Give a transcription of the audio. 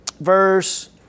verse